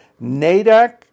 NADAC